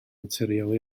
naturiol